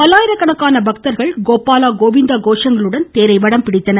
பல்லாயிரக்கணக்கான பக்தர்கள் கோபாலா கோவிந்தா கோஷத்துடன் தேரை வடம் பிடித்தனர்